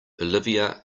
olivia